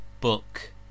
book